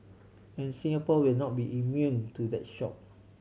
and Singapore will not be immune to that shock